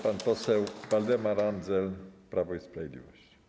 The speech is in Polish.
Pan poseł Waldemar Andzel, Prawo i Sprawiedliwość.